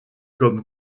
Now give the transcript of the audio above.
comme